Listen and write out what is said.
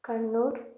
Kannur